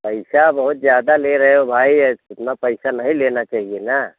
पैसा बहुत ज़्यादा ले रहे हो भाई ऐसे इतना पैसा नहीं लेना चहिए ना